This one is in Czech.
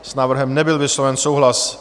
S návrhem nebyl vysloven souhlas.